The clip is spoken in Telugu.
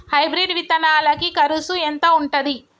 హైబ్రిడ్ విత్తనాలకి కరుసు ఎంత ఉంటది?